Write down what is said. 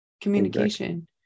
communication